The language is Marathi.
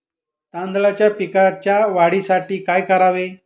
तांदळाच्या पिकाच्या वाढीसाठी काय करावे?